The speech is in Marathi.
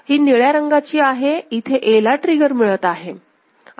हि निळ्या रंगाची आहे इथे A ला ट्रिगर मिळत आहेत